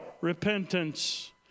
repentance